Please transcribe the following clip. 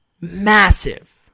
massive